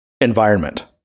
environment